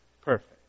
perfect